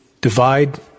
divide